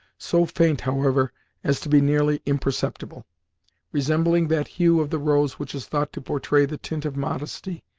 so faint however as to be nearly imperceptible resembling that hue of the rose which is thought to portray the tint of modesty,